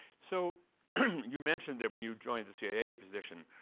so you mentioned that when you joined the cia position,